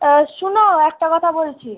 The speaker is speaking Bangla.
আর শুনো একটা কথা বলছি